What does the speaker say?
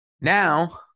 Now